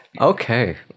okay